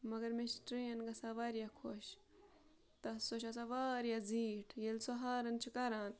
مگر مےٚ چھِ ٹرٛین گژھان واریاہ خۄش تَتھ سۄ چھےٚ آسان واریاہ زیٖٹھ ییٚلہِ سۄ ہارَن چھِ کَران